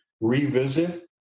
revisit